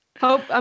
Hope